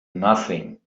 nothing